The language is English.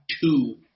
two